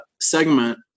segment